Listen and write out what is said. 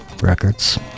Records